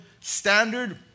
standard